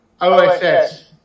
OSS